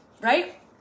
right